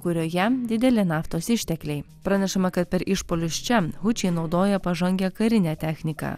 kurioje dideli naftos ištekliai pranešama kad per išpuolius čia hučiai naudoja pažangią karinę techniką